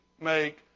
make